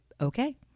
okay